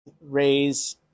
Raise